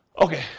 Okay